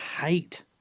hate